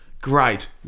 great